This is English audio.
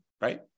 Right